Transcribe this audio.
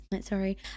Sorry